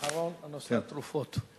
אחרון, נושא התרופות.